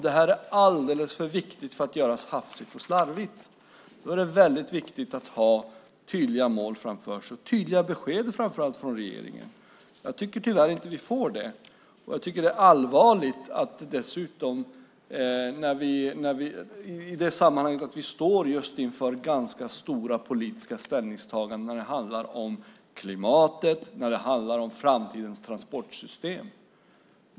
Det här är alldeles för viktigt för att göras hafsigt och slarvigt. Det är väldigt viktigt att ha tydliga mål framför sig och framför allt att vi får tydliga besked från regeringen. Jag tycker tyvärr inte vi får det. Det är allvarligt eftersom vi i det sammanhanget står inför ganska stora politiska ställningstaganden. Det handlar om klimatet och framtidens transportsystem.